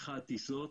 אחד, טיסות.